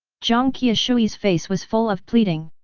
jiang qiushui's face was full of pleading.